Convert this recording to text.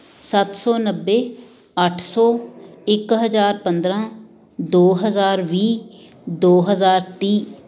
ਸੱਤ ਸੌ ਨੱਬੇ ਅੱਠ ਸੌ ਇੱਕ ਹਜ਼ਾਰ ਪੰਦਰਾਂ ਦੋ ਹਜ਼ਾਰ ਵੀਹ ਦੋ ਹਜ਼ਾਰ ਤੀਹ